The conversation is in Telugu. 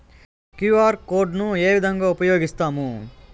క్యు.ఆర్ కోడ్ ను ఏ విధంగా ఉపయగిస్తాము?